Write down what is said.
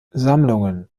sammlungen